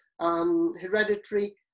Hereditary